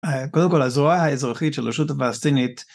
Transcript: ‫קודם כול, הזרוע האזרחית ‫של רשות הבאסטינית...